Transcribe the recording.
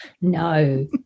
No